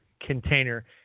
container